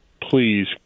please